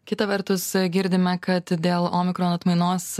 kita vertus girdime kad dėl omikron atmainos